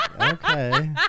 okay